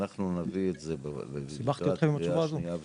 ואנחנו פשוט מפסידים בצד ההכנסות מיסים,